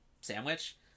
sandwich